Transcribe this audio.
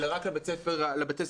או רק לבתי הספר הממלכתיים.